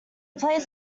played